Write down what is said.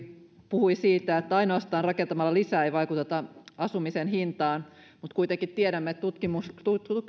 puhui siitä että ainoastaan rakentamalla lisää ei vaikuteta asumisen hintaan mutta kuitenkin tiedämme tutkimuksista